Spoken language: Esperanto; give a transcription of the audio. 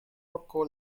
porko